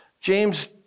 James